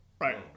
right